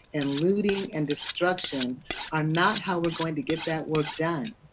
and looting, and destruction are not how we are going to get that work done.